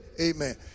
Amen